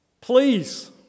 please